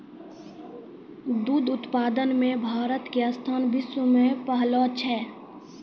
दुग्ध उत्पादन मॅ भारत के स्थान विश्व मॅ पहलो छै